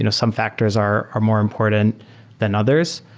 you know some factors are are more important than others.